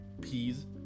peas